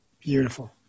Beautiful